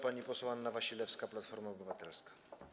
Pani poseł Anna Wasilewska, Platforma Obywatelska.